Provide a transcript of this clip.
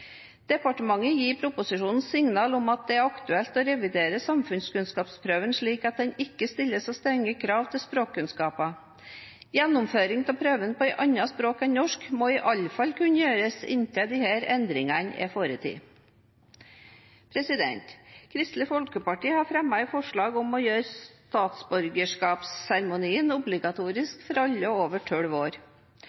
Departementet gir i proposisjonen signaler om at det er aktuelt å revidere samfunnskunnskapsprøven slik at den ikke stiller så strenge krav til språkkunnskaper. Gjennomføring av prøven på et annet språk enn norsk må i alle fall kunne gjøres inntil disse endringene er foretatt. Kristelig Folkeparti har fremmet et forslag om å gjøre statsborgerskapsseremonien obligatorisk for alle over 12 år.